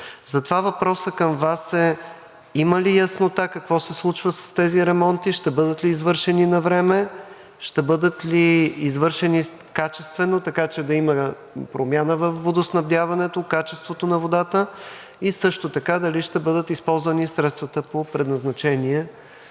Затова въпросът към Вас е: има ли яснота какво се случва с тези ремонти? Ще бъдат ли извършени навреме? Ще бъдат ли извършени качествено, така че да има промяна във водоснабдяването, качеството на водата? Също така дали ще бъдат използвани средствата по предназначение?